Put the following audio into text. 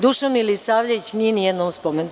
Dušan Milisavljević nije nijednom spomenut.